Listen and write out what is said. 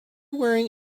wearing